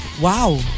wow